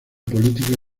política